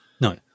No